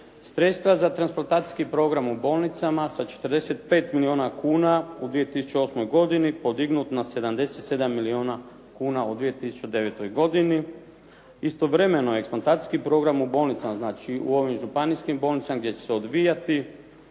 sredstva za transplantacijski program u bolnicama sa 45 milijuna kuna u 2008. godini podignut na 77 milijuna kuna u 2009. godini. Istovremeno eksplantacijski program u bolnicama, znači u ovim županijskim bolnicama gdje će se odvijati,